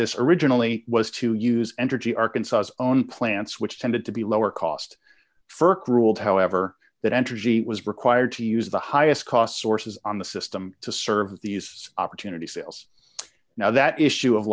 this originally was to use entergy arkansas own plants which tended to be lower cost ferk ruled however that entergy was required to use the highest cost sources on the system to serve these opportunity sales now that issue of